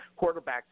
quarterbacks